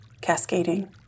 cascading